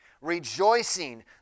rejoicing